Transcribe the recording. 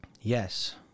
Yes